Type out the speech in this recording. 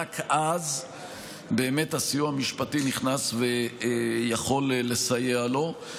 רק אז באמת הסיוע המשפטי נכנס ויכול לסייע לו,